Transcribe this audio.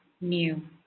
new